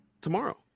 tomorrow